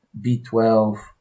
B12